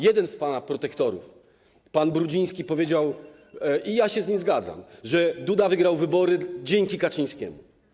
Jeden z pana protektorów, pan Brudziński, powiedział, i ja się z nim zgadzam, że Duda wygrał wybory dzięki Kaczyńskiemu.